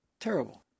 Terrible